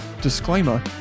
disclaimer